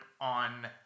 on